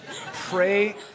Pray